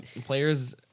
players